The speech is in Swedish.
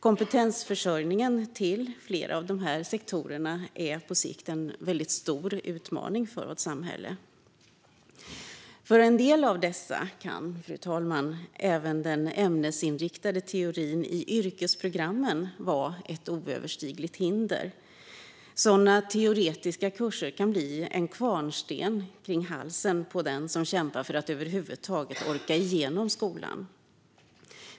Kompetensförsörjningen till flera av dessa sektorer är på sikt en stor utmaning för vårt samhälle. Fru talman! För en del av dessa elever kan även den ämnesinriktade teorin i yrkesprogrammen vara ett oöverstigligt hinder. Sådana teoretiska kurser kan bli en kvarnsten kring halsen på den som kämpar för att över huvud taget orka igenom skolan.